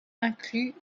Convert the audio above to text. inclus